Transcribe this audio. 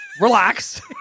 Relax